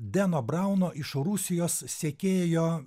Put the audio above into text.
deno brauno iš rusijos sekėjo